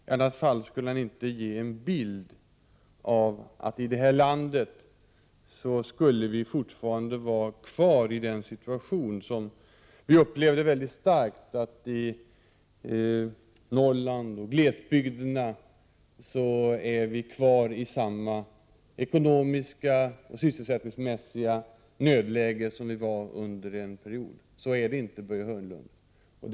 I annat fall skulle han inte ge en bild av att vi i detta land i Norrland och i glesbygden fortfarande är kvar i samma ekonomiska och sysselsättningsmässiga nödläge som under en tidigare period. Så är det inte, Börje Hörnlund.